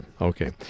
Okay